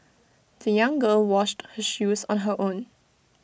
the young girl washed her shoes on her own